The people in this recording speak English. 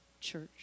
church